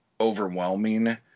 overwhelming